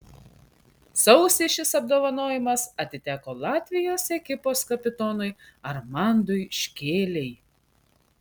sausį šis apdovanojimas atiteko latvijos ekipos kapitonui armandui škėlei